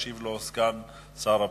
ישיב לו סגן שר הבריאות,